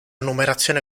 numerazione